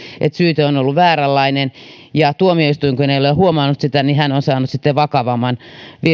että syyte on ollut vääränlainen ja tuomioistuin kun ei ole ole huomannut sitä niin tuomari on saanut sitten vakavamman